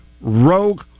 Rogue